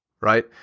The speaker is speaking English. right